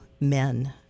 men